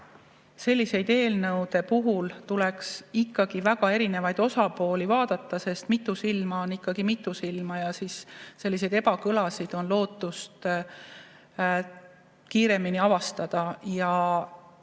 selliste eelnõude puhul tuleks ikkagi erinevaid osapooli vaadata, sest mitu silma on ikkagi mitu silma ja siis on lootust ebakõlasid kiiremini avastada.